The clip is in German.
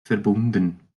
verbunden